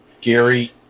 Gary